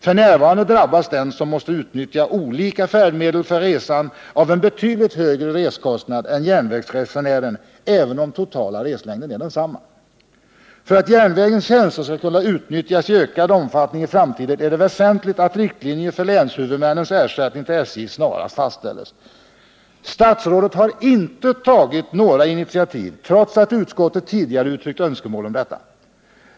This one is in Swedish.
F.n. drabbas den som måste utnyttja olika färdmedel för resan av en betydligt högre reskostnad än järnvägsresenären, även om den totala reslängden är densamma. För att järnvägens tjänster skall kunna utnyttjas i ökad omfattning i framtiden är det väsentligt att riktlinjer för länshuvudmännens ersättning till SJ snarast fastställs. Statsrådet har inte tagit några initiativ, trots att utskottet tidigare uttryckt önskemål om detta.